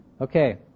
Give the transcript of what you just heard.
Okay